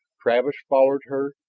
travis followed her,